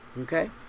Okay